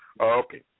okay